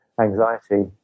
anxiety